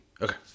Okay